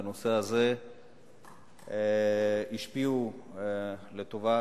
בנושא הזה השפיע לטובה,